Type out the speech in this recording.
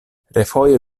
refoje